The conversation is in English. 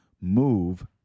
move